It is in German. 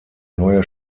neue